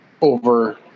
Over